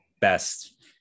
best